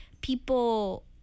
people